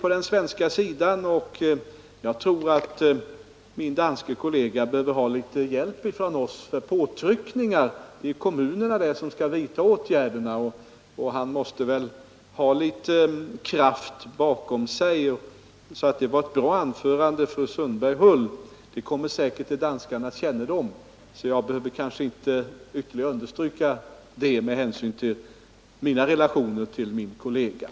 På den svenska sidan ligger vi bra till, men jag tror att min danska kollega behöver litet hjälp från oss för att kunna utöva påtryckningar på kommunerna, som skall vidta åtgärderna. Ur den synpunkten var det ett bra anförande som fru Sundberg höll. Det kommer säkert till danskarnas kännedom, så jag behöver kanske inte ytterligare understryka synpunkterna med hänsyn till mina relationer till min kollega.